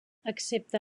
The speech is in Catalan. excepte